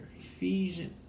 Ephesians